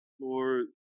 Lord